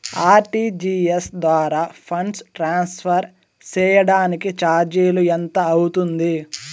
RTGS ద్వారా funds transfer సేయడానికి చార్జీలు ఎంత అవుతుంది